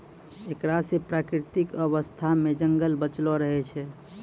एकरा से प्राकृतिक अवस्था मे जंगल बचलो रहै छै